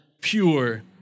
Pure